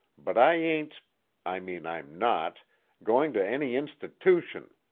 but i ain't i mean i'm not goin' to any institootion.